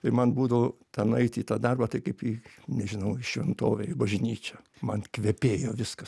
tai man būdavo ten nueit į tą darbą tai kaip į nežinau į šventovę į bažnyčią man kvepėjo viskas